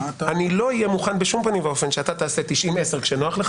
אני לא אהיה מוכן בשום פנים ואופן שאתה תעשה 90-10 כשנוח לך